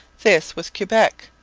this was quebec,